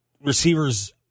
receivers